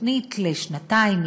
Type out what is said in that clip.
תוכנית לשנתיים,